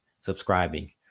subscribing